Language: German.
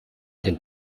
den